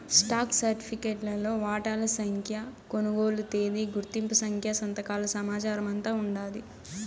stock సరిఫికెట్లో వాటాల సంఖ్య, కొనుగోలు తేదీ, గుర్తింపు సంఖ్య, సంతకాల సమాచారమంతా ఉండాది